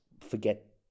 forget